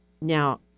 now